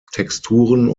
texturen